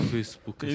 Facebook